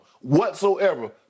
whatsoever